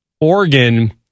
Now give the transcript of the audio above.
Oregon